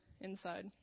inside